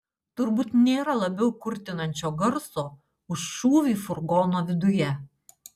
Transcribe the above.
turbūt nėra labiau kurtinančio garso už šūvį furgono viduje